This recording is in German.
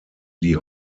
die